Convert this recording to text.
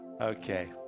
Okay